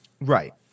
Right